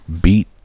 beat